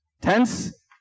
tense